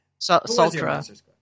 Sultra